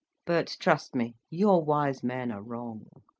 but trust me, your wise men are wrong.